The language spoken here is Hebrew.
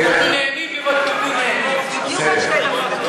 אנחנו נהנים לראות, בסדר, בסדר.